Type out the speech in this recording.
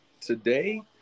Today